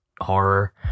horror